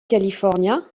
kalifornia